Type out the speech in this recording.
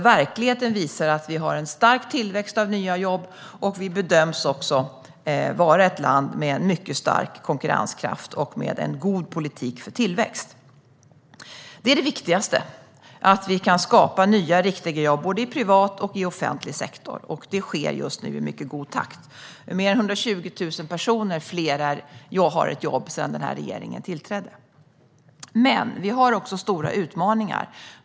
Verkligheten visar att det finns en stark tillväxt av nya jobb, och Sverige bedöms vara ett land med mycket stark konkurrenskraft och med en god politik för tillväxt. Det viktigaste är att skapa nya riktiga jobb i både privat och offentlig sektor. Det sker just nu i mycket god takt. 120 000 fler personer har ett jobb sedan den här regeringen tillträdde. Men det finns också stora utmaningar.